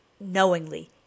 knowingly